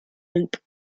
loop